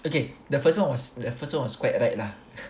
okay the first one was the first was quite right lah